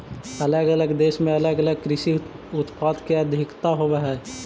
अलग अलग देश में अलग अलग कृषि उत्पाद के अधिकता होवऽ हई